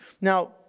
Now